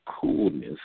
coolness